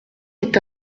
est